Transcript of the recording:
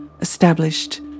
established